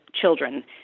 children